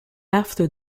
after